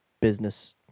business